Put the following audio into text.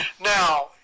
Now